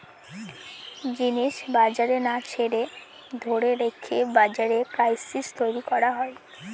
জিনিস বাজারে না ছেড়ে ধরে রেখে বাজারে ক্রাইসিস তৈরী করা হয়